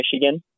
Michigan